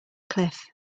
cliff